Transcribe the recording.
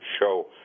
show